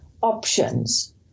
options